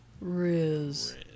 Riz